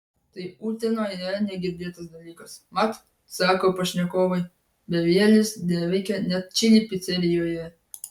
tai utenoje negirdėtas dalykas mat sako pašnekovai bevielis neveikia net čili picerijoje